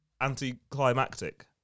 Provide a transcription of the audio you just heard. anticlimactic